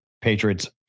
Patriots